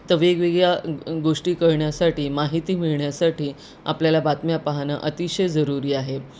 तर वेगवेगळ्या गोष्टी कळण्यासाठी माहिती मिळण्यासाठी आपल्याला बातम्या पाहणं अतिशय जरूरी आहे